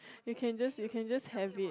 you can just you can just have it